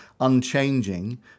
unchanging